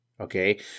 Okay